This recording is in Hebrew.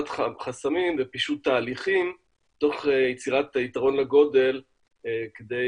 חסמים ופישוט תהליכים תוך יצירת יתרון לגודל כדי